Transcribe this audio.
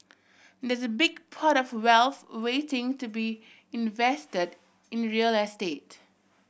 there's a big pot of wealth waiting to be invested in real estate